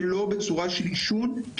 ולא בצורה של עישון,